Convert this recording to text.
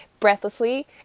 Breathlessly